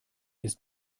ist